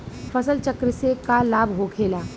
फसल चक्र से का लाभ होखेला?